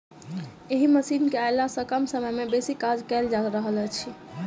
एहि मशीन केअयला सॅ कम समय मे बेसी काज कयल जा रहल अछि